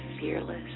fearless